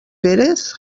pérez